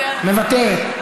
מוותרת.